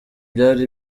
byari